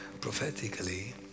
Prophetically